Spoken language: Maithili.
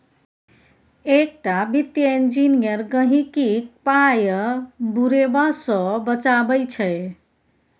एकटा वित्तीय इंजीनियर गहिंकीक पाय बुरेबा सँ बचाबै छै